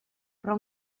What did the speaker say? però